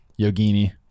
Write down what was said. Yogini